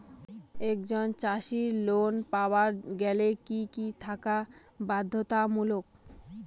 একজন চাষীর লোন পাবার গেলে কি কি থাকা বাধ্যতামূলক?